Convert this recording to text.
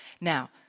Now